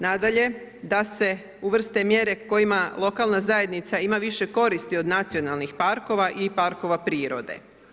Nadalje, da se uvrste mjere kojima lokalna zajednica ima više koristi od nacionalnih parkova i parkova prirode.